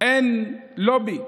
אין לובי,